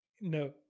No